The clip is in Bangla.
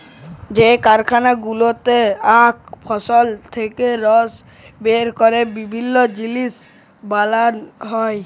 যে কারখালা গুলাতে আখ ফসল থেক্যে রস বের ক্যরে বিভিল্য জিলিস বানাল হ্যয়ে